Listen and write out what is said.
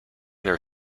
their